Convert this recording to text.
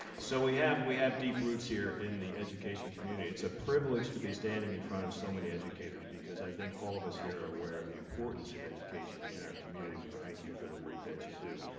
so we have, we have deep roots here in the education community. it's a privilege to be standing in front of so many educators. because i think all of us here are aware of the importance of education in our community and we thank you for the work that you do.